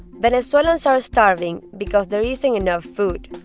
venezuelans are starving because they're eating enough food,